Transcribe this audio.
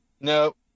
Nope